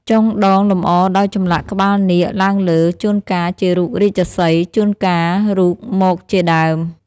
ចុងដងលម្អដោយចម្លាក់ក្បាលនាគឡើងលើ ជួនកាល ជារូបរាជសីហ៍ ជួនកាលរូបមករជាដើម។